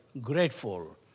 grateful